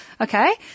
okay